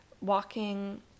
walking